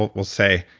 we'll we'll say,